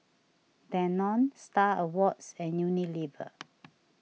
Danone Star Awards and Unilever